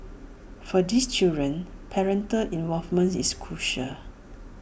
for these children parental involvement is crucial